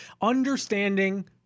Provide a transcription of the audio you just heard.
Understanding